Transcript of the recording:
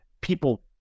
people